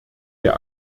der